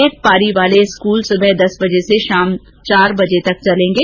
एक पारी वाले स्कूल सुबह दस बजे से शाम चार बजे तक चलेंगे